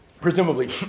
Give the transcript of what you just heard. presumably